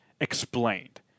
explained